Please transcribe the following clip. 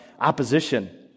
opposition